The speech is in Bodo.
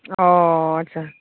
अ आच्चा